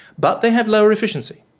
but they have lower efficiency.